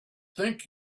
think